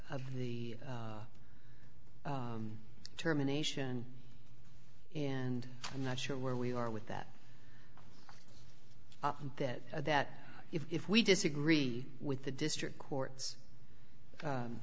of the of the determination and i'm not sure where we are with that that that if we disagree with the district court